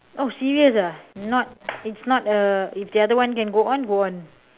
oh serious ah it's not it's not a if the other one can go on go on